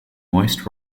moist